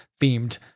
themed